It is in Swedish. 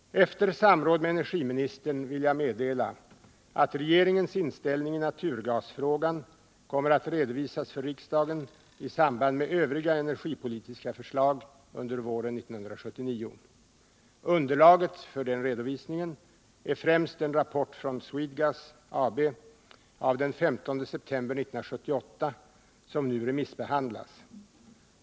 Efter samråd med energiministern vill jag meddela att regeringens inställning i naturgasfrågan kommer att redovisas för riksdagen i samband med övriga energipolitiska förslag under våren 1979. Underlaget för denna redovisning är främst en rapport från Swedegas AB av den 15 september 1978 som nu remissbehandlas.